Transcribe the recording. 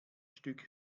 stück